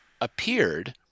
appeared